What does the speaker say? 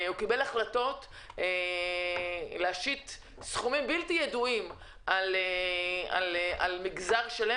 הוא קיבל החלטות להשית סכומים בלתי ידועים על מגזר שלם